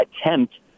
attempt